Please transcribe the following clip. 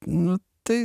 nu tai